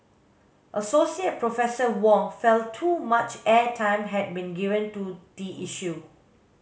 Associate Professor Wong felt too much airtime had been given to the issue